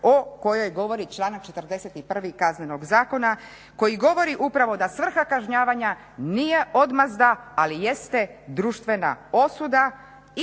o kojoj govori članak 41. Kaznenog zakona koji govori upravo da svrha kažnjavanja nije odmazda ali jeste društvena osuda